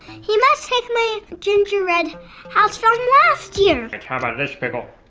he must've take my gingerbread house from last year! how about this pickle?